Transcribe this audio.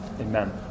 amen